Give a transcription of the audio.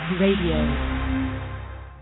Radio